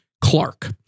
Clark